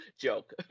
joke